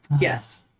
Yes